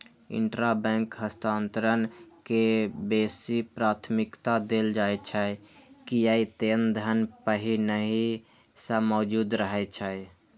intrabank हस्तांतरण के बेसी प्राथमिकता देल जाइ छै, कियै ते धन पहिनहि सं मौजूद रहै छै